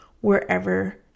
wherever